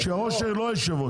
שראש העיר לא יושב ראש,